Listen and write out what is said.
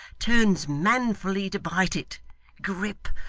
turns manfully to bite it grip,